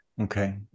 Okay